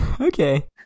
okay